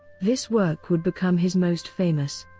this work would become his most famous.